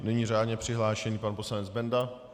Nyní řádně přihlášený pan poslanec Benda.